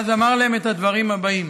ואז אמר להם את הדברים האלה: